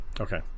Okay